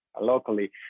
locally